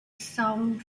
sound